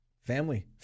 Family